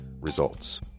Results